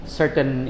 certain